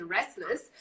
Restless